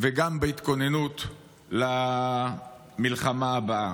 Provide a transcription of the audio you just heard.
וגם בהתכוננות למלחמה הבאה?